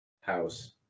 house